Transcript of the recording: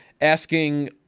asking